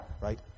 right